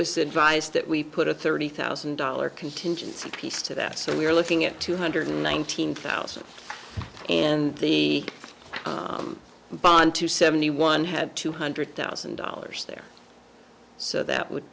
said vice that we put a thirty thousand dollars contingency piece to that so we're looking at two hundred nineteen thousand and the bond to seventy one had two hundred thousand dollars there so that would